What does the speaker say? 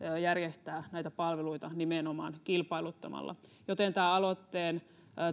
järjestää näitä palveluita nimenomaan kilpailuttamalla joten tämän aloitteen